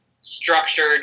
structured